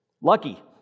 Lucky